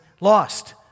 lost